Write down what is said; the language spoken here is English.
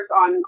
on